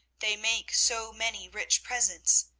they make so many rich presents.